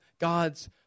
God's